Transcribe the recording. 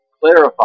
clarify